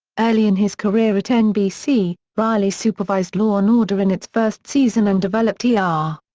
early in his career at nbc, reilly supervised law and order in its first season and developed yeah ah er.